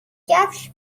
کفش